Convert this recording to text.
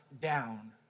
down